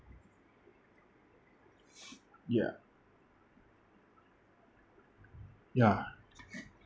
ya ya